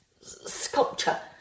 sculpture